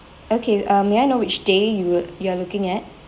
okay um may I know which day you would you are looking at